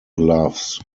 gloves